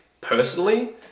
personally